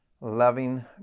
loving